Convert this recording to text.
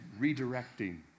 redirecting